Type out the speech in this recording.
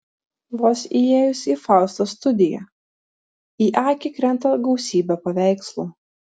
vos įėjus į faustos studiją į akį krenta gausybė paveikslų